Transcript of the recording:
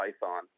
Python